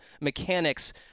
mechanics